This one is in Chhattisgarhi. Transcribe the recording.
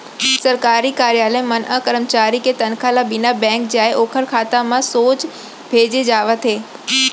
सरकारी कारयालय मन म करमचारी के तनखा ल बिना बेंक जाए ओखर खाता म सोझ भेजे जावत हे